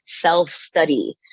self-study